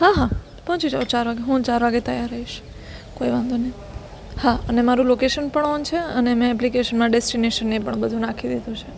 હા હા પહોંચી જાઓ ચાર વાગ્યે હું ચાર વાગ્યે તૈયાર રહીશ કોઈ વાંધો નહીં હા અને મારું લોકેશન પણ ઓન છે અને મેં એપ્લિકેશનમાં ડેસ્ટિનેશન ને એ પણ બધું નાખી દીધું છે